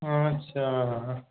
আচ্ছা